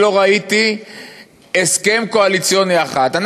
אני לא ראיתי הסכם קואליציוני אחד,